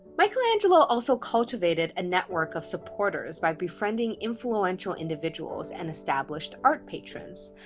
michelangelo also cultivated a network of supporters by befriending influential individuals and established art patrons.